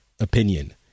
opinion